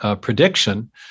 prediction